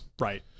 Right